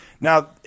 Now